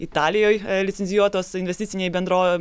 italijoj licencijuotos investicinėj bendro